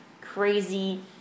crazy